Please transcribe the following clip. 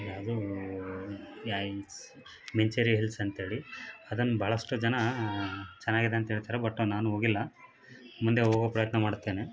ಅದೂ ಯಾಯ್ಸ್ ಮಿಂಚೇರಿ ಹಿಲ್ಸ್ ಅಂಥೇಳಿ ಅದನ್ನು ಭಾಳಷ್ಟು ಜನ ಚೆನ್ನಾಗಿದೆ ಅಂಥೇಳ್ತಾರೆ ಬಟ್ ನಾನು ಹೋಗಿಲ್ಲ ಮುಂದೆ ಹೋಗೊ ಪ್ರಯತ್ನ ಮಾಡ್ತೇನೆ